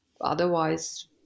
otherwise